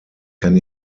kann